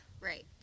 Right